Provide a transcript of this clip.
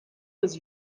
was